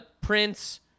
Prince